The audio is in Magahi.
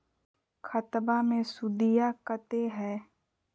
खतबा मे सुदीया कते हय?